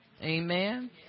Amen